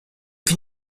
can